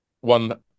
One